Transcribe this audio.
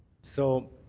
so